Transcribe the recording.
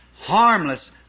harmless